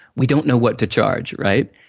we don't know what to charge, right?